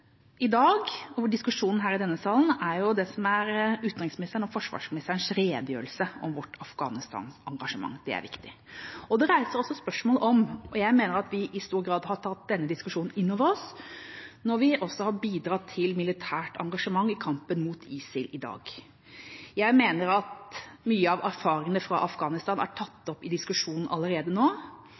i dag diskuterer her i salen, er utenriksministerens og forsvarsministerens redegjørelser om vårt Afghanistan-engasjement. Det er viktig, og det reiser også spørsmål. Jeg mener at vi i stor grad har tatt denne diskusjonen inn over oss når vi også har bidratt til militært engasjement i kampen mot ISIL i dag. Jeg mener at mye av erfaringene fra Afghanistan er tatt opp i diskusjonen allerede nå